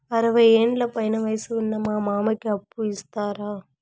అరవయ్యేండ్ల పైన వయసు ఉన్న మా మామకి అప్పు ఇస్తారా